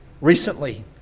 recently